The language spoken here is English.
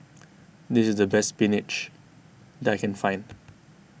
this is the best Spinach that I can find